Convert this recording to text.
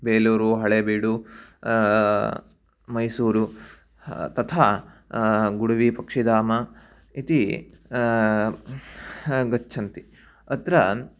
बेलूरु हळेबीडु मैसूरु हा तथा गुडुवि पक्षिदाम इति गच्छन्ति अत्र